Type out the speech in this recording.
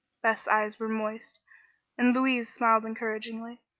beth's eyes were moist and louise smiled encouragingly.